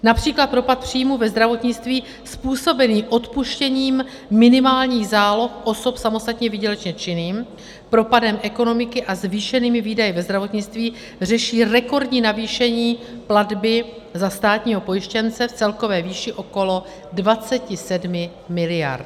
Například propad příjmů ve zdravotnictví způsobený odpuštěním minimálních záloh osob samostatně výdělečně činných, propadem ekonomiky a zvýšenými výdaji ve zdravotnictví řeší rekordní navýšení platby za státního pojištěnce v celkové výši okolo 27 mld.